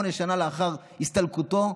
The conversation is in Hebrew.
38 שנה לאחר הסתלקותו,